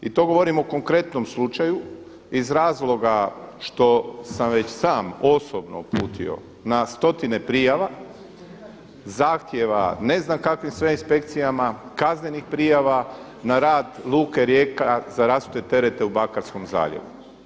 I to govorim u konkretnom slučaju iz razloga što sam već sam osobno uputio na stotine prijava, zahtjeva ne znam kakvim sve ne inspekcijama, kaznenih prijava na rad luke Rijeka za rasute terete u Bakarskom zaljevu.